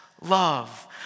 love